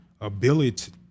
ability